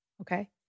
Okay